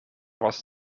was